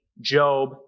Job